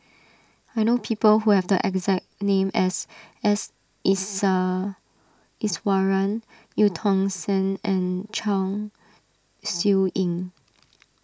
I know people who have the exact name as S Isa Iswaran Eu Tong Sen and Chong Siew Ying